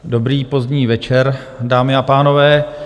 Dobrý pozdní večer, dámy a pánové.